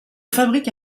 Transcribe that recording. fabrique